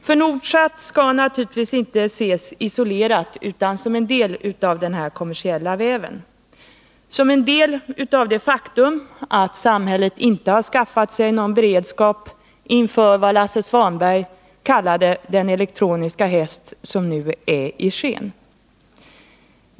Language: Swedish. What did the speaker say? För Nordsat skall naturligtvis inte ses isolerat utan som en del av denna kommersiella väv, som en del av det faktum att samhället inte har skaffat sig någon beredskap inför vad Lasse Svanberg kallat den elektroniska häst som nuärisken.